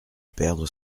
perdre